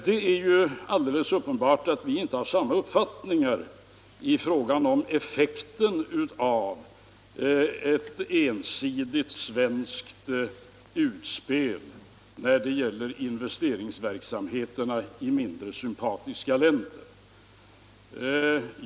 Det är alldeles uppenbart att vi inte har samma uppfattning i fråga om effekten av ett ensidigt svenskt utspel när det gäller investeringsverksamheterna i mindre sympatiska länder.